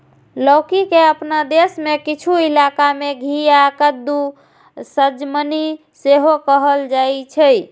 लौकी के अपना देश मे किछु इलाका मे घिया, कद्दू, सजमनि सेहो कहल जाइ छै